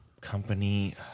company